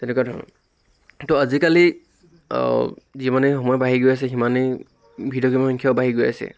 তেনেকা ধৰণৰ কিন্তু আজিকালি যিমানেই সময় বাঢ়ি গৈ আছে সিমানেই ভিডিঅ' গেমৰ সংখ্যাও বাঢ়ি গৈ আছে